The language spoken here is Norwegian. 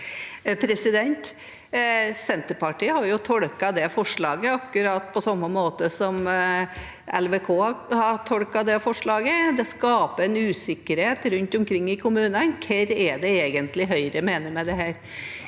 Senterpartiet har jo tolket det forslaget på akkurat samme måte som LVK har tolket det forslaget. Det skaper en usikkerhet rundt omkring i kommunene om hva det egentlig er Høyre mener med dette.